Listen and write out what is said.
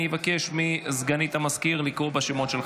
חוק ומשפט לצורך הכנתה לקריאה השנייה והשלישית.